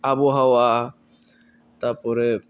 আবহাওয়া তারপরে